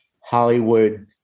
Hollywood